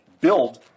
build